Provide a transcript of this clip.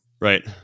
Right